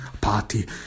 Party